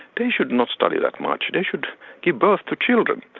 they should not study that much. they should give birth to children,